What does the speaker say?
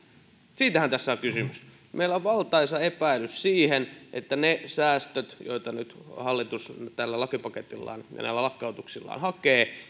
siitähän tässä on kysymys meillä on valtaisa epäilys siitä että ne säästöt joita nyt hallitus tällä lakipaketillaan ja näillä lakkautuksillaan hakee